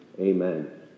Amen